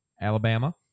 Alabama